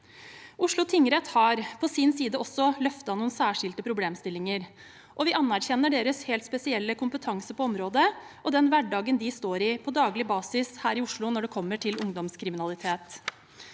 Oslo tingrett har på sin side løftet noen særskilte problemstillinger, og vi anerkjenner deres helt spesielle kompetanse på området og det de står i til daglig her i Oslo når det gjelder ungdomskriminalitet.